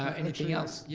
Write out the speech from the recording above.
ah anything else yeah